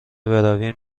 برویم